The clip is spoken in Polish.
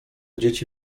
dzieci